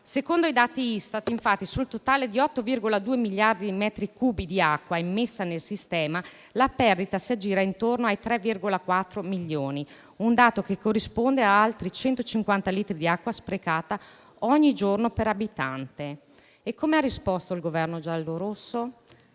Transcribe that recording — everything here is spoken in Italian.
secondo i dati Istat, infatti, su un totale di 8,2 miliardi di metri cubi di acqua immessa nel sistema, la perdita si aggira intorno ai 3,4 milioni, un dato che corrisponde ad altri 150 litri di acqua sprecata ogni giorno per abitante. Come ha risposto il Governo giallorosso?